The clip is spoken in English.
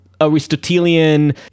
aristotelian